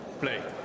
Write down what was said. Play